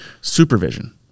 supervision